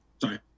sorry